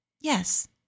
Yes